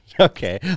Okay